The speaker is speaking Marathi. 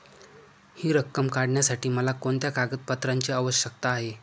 हि रक्कम काढण्यासाठी मला कोणत्या कागदपत्रांची आवश्यकता आहे?